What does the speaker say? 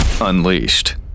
Unleashed